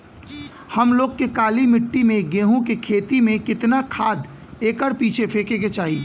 हम लोग के काली मिट्टी में गेहूँ के खेती में कितना खाद एकड़ पीछे फेके के चाही?